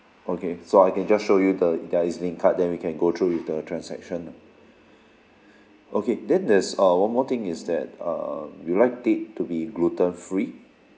okay so I can just show you the their E_Z link card then we can go through with the transaction ah okay then there's uh one more thing is that uh we'll like it to be gluten free